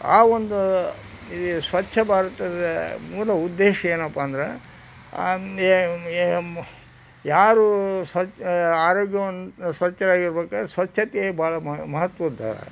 ಆ ಒಂದು ಈ ಸ್ವಚ್ಛ ಭಾರತದ ಮೂಲ ಉದ್ದೇಶ ಏನಪ್ಪ ಅಂದ್ರೆ ಯಾರು ಸ್ವಚ್ಛ ಆರೋಗ್ಯವನ್ನು ಸ್ವಚ್ಛವಾಗಿರ್ಬೇಕಾದ್ರೆ ಸ್ವಚ್ಛತೆಯೇ ಭಾಳ ಮಹತ್ವದ್ದದ